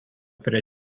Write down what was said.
prie